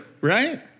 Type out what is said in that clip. right